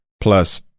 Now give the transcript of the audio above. plus